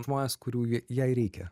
žmones kurių ji jai reikia